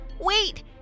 Wait